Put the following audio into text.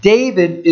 David